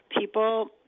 people